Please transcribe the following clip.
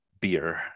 beer